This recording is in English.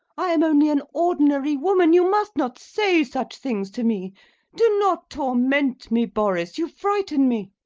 i am only an ordinary woman you must not say such things to me do not torment me, boris you frighten me.